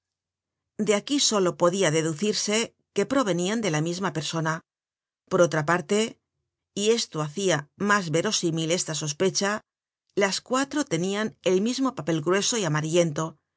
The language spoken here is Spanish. de aquí solo podia deducirse que provenian de la misma persona por otra parte y esto hacia mas verosímil esta sospecha las cuatro tenian el mismo papel grueso y amarillento